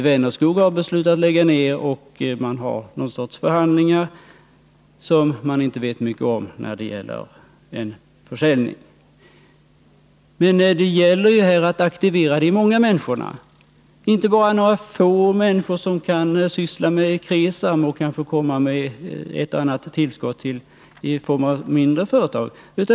Vänerskog har beslutat att lägga ner, och man har någon sorts förhandlingar som vi inte vet vad de innebär när det gäller försäljningen. Men det gäller att aktivera de många människorna, inte bara några få människor som kan syssla med KRESAM och kanske ge ett och annat tillskott i form av något mindre företag.